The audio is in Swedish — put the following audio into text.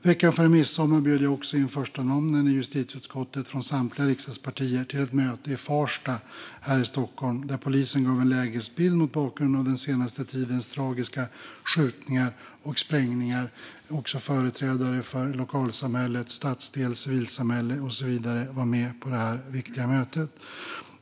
Veckan före midsommar bjöd jag också in förstanamnen i justitieutskottet från samtliga riksdagspartiet till ett möte i Farsta här i Stockholm där polisen gav en lägesbild mot bakgrund av den senaste tidens tragiska skjutningar och sprängningar. Också företrädare för lokalsamhället, stadsdel, civilsamhälle och så vidare var med på detta viktiga möte.